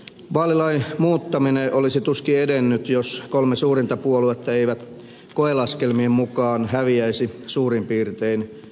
vaalilain muuttaminen olisi tuskin edennyt jos kolme suurinta puoluetta eivät koelaskelmien mukaan häviäisi suurin piirtein yhtä paljon